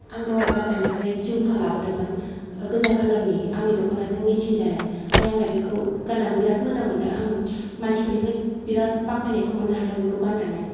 आं दहाय बाजारनिफ्राय झुमका लाबोदोंमोन गोजा खालारनि आंनि दखनाजों मेत्चिं जानाय ओमफाय आं दा बेखौ गान्नानै बिराद मोजां मोनदों आं मानसिफोरनिफ्राय बिराद बाख्नायनायखौ मोन्नो हादों बेखौ गान्नानै